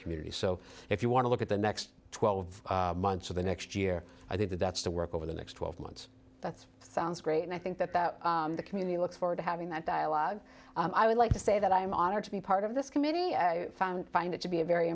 community so if you want to look at the next twelve months or the next year i think that that's the work over the next twelve months that's sounds great and i think that that the community looks forward to having that dialogue i would like to say that i am honored to be part of this committee i found find it to be a very